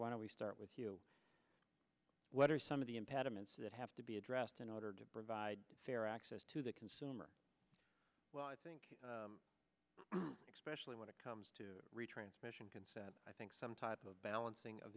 why don't we start with you what are some of the impediments that have to be addressed in order to provide fair access to the consumer i think especially when it comes to retransmission consent i think some type of balancing of